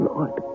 Lord